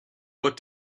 what